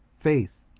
faith,